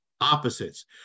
opposites